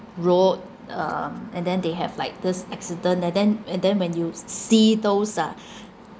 road um and then they have like this accident and then and then when you see those uh